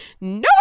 no